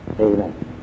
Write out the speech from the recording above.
Amen